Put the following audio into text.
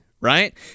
Right